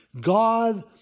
God